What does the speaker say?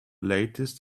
latest